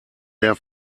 der